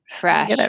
fresh